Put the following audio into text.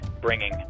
bringing